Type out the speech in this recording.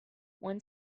one